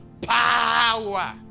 power